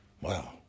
Wow